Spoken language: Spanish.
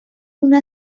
una